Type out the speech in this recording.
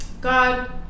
God